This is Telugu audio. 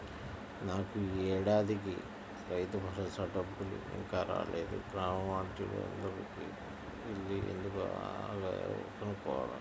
నాకు యీ ఏడాదికి రైతుభరోసా డబ్బులు ఇంకా రాలేదు, గ్రామ సచ్చివాలయానికి యెల్లి ఎందుకు ఆగాయో కనుక్కోవాల